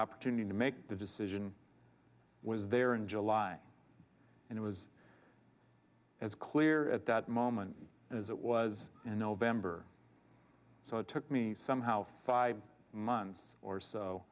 opportunity to make the decision was there in july and it was as clear at that moment as it was in november so it took me somehow five months or so